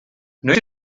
noiz